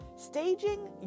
staging